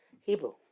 Hebrew